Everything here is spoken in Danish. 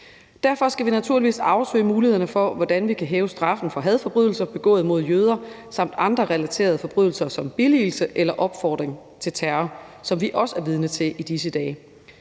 Derfor skal vi naturligvis afsøge mulighederne for, hvordan vi kan hæve straffen for hadforbrydelser begået mod jøder samt andre relaterede forbrydelser som billigelse af eller opfordring til terror, som vi også er vidne til i disse dage.